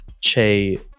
Che